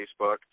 Facebook